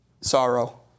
Sorrow